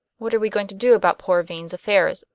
what are we going to do about poor vane's affairs,